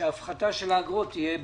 שההפחתה של האגרות תהיה ב-15%.